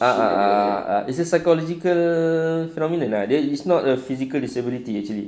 ah ah ah ah ah it's a psychological phenomenon ah it's not a physical disability actually